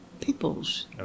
People's